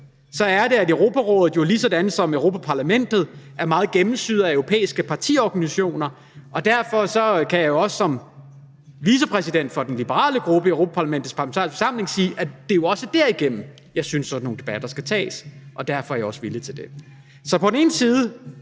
sådan som Europa-Parlamentet meget gennemsyret af europæiske partiorganisationer, og derfor kan jeg jo som vicepræsident for den liberale gruppe i Europa-Parlamentets parlamentariske forsamling også sige, at jeg synes, det er derigennem, sådan nogle debatter skal tages, og derfor er jeg også villig til det. Så på den ene side